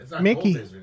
Mickey